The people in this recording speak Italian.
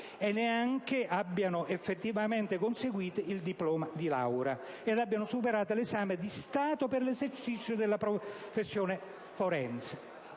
che neanche abbiano effettivamente conseguito il diploma di laurea, e che non abbiano superato l'esame di Stato per l'esercizio della professione forense.